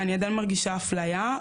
אני עדיין מרגישה אפליה,